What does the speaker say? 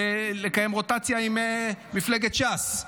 לקיים רוטציה עם מפלגת ש"ס?